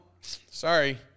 sorry